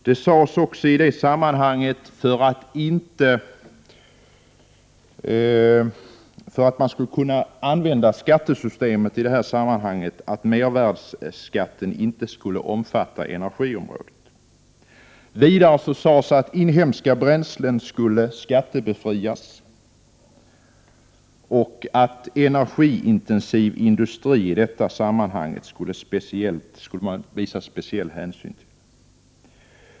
Det sades också, för att man skulle kunna använda skattesystemet i det här sammanhanget, att mervärdeskatten inte skulle omfatta energiområdet. Vidare sades det att inhemska bränslen skulle skattebefrias och att energiintensiv industri skulle visas speciell hänsyn.